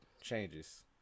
changes